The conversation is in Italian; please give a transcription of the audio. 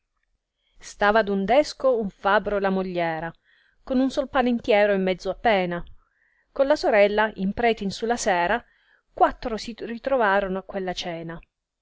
stava ad un desco un fabro e la mogliera con un sol pane intiero e mezzo appena con la sorella il prete in su la sera quattro si ritrovaro a quella cena